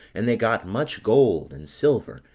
and they got much gold, and silver,